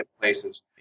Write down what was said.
places